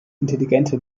intelligente